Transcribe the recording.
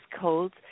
cold